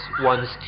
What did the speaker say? one's